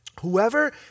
Whoever